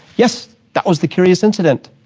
yes, that was the curious incident,